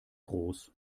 groß